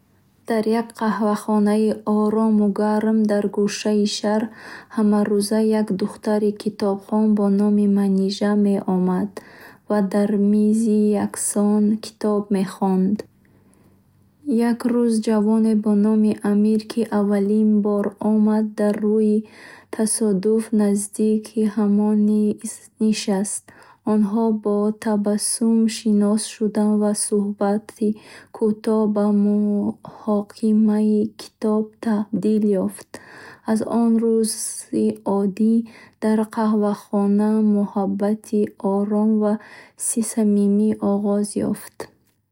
Дар як қаҳвахонаи орому гарм дар гӯшаи шаҳр, ҳамарӯза як духтари китобхон бо номи Манижа меомад ва дар мизи яксон китоб мехонд. Як рӯз, ҷавоне бо номи Амир, ки аввалин бор омад, аз рӯи тасодуф назди ҳамон миз нишаст. Онҳо бо табассум шинос шуданд ва суҳбати кӯтоҳ ба муҳокимаи китоб табдил ёфт. Аз он рӯзи оддӣ, дар қаҳвахона муҳаббати ором ва самимӣ оғоз ёфт.